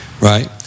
right